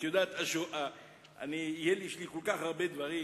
את יודעת, יש לי כל כך הרבה דברים,